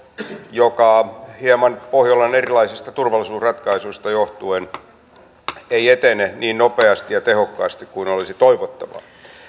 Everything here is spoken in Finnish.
joka hieman pohjolan erilaisista turvallisuusratkaisuista joh tuen ei etene niin nopeasti ja tehokkaasti kuin olisi toivottavaa